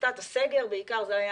עשתה סגר מוקדם,